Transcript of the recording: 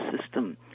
system